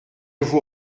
vous